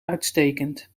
uitstekend